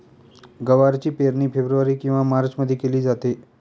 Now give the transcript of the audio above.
गवारची पेरणी फेब्रुवारी किंवा मार्चमध्ये केली जाते